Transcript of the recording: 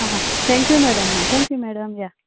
आं हां thank you madam thank you madam या